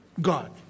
God